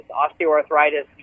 osteoarthritis